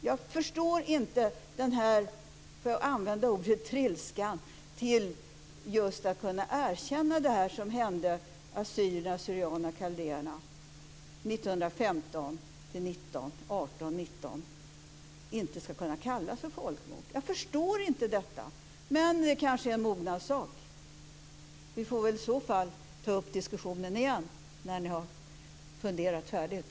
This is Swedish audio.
Jag förstår inte den här trilskan när det gäller just att erkänna det som hände assyrier/syrianerna och kaldéerna 1915-1919 och att det inte ska kunna kallas för folkmord. Jag förstår inte detta, men det kanske är en mognadssak. Vi får väl i så fall ta upp diskussionen igen när ni har funderat färdigt.